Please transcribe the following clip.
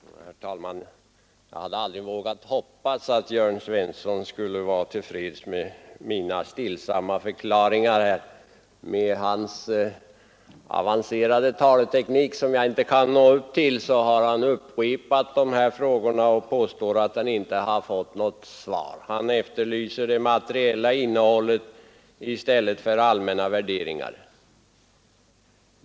Herr talman! Jag hade aldrig vågat hoppas att herr Jörn Svensson skulle vara till freds med mina stillsamma förklaringar. Med sin avancerade taleteknik, som jag inte kan nå upp till, har han nu upprepat sina frågor och påstår att han inte har fått något svar. Han efterlyser det materiella innehållet i stället för allmänna värderingar.